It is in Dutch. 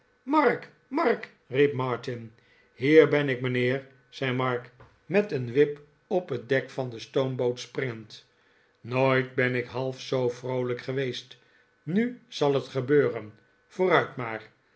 mark riep martin hier ben ik mijnheer zei mark met een wip op het dek van de stoomboot springend nooit ben ik half zoo vroolijk geweest nu zal het gebeuren vooruit maar